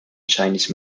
chinese